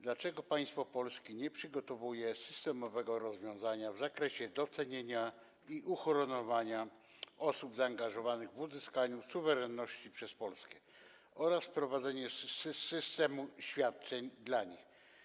Dlaczego państwo polskie nie przygotowuje systemowego rozwiązania w zakresie docenienia i uhonorowania osób zaangażowanych w uzyskanie suwerenności przez Polskę oraz wprowadzenia systemu świadczeń dla nich?